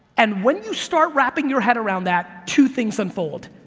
and when you start wrapping your head around that, two things unfold.